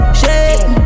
shake